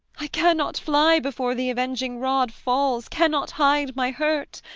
i cannot fly before the avenging rod falls, cannot hide my hurt.